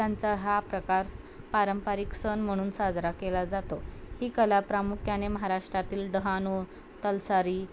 त्यांचा हा प्रकार पारंपारिक सण म्हणून साजरा केला जातो ही कला प्रामुख्याने महाराष्ट्रातील डहाणू तलसारी